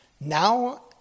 now